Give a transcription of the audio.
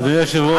אדוני היושב-ראש,